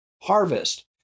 harvest